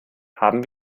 haben